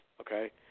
okay